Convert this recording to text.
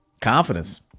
confidence